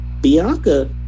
bianca